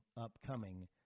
upcoming